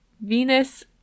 Venus